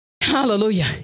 Hallelujah